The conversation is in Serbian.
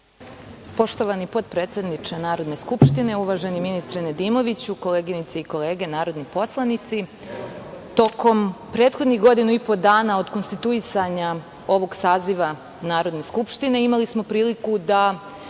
Poštovani potpredsedniče Narodne skupštine, uvaženi ministre Nedimoviću, koleginice i kolege narodni poslanici, tokom prethodnih godinu i po dana, od konstituisanja ovog saziva Narodne skupštine, imali smo priliku da